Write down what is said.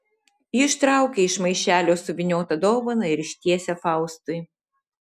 ji ištraukia iš maišelio suvyniotą dovaną ir ištiesia faustui